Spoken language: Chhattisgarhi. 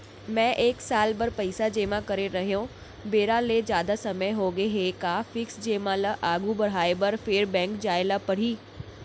मैं एक साल बर पइसा जेमा करे रहेंव, बेरा ले जादा समय होगे हे का फिक्स जेमा ल आगू बढ़ाये बर फेर बैंक जाय ल परहि?